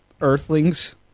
earthlings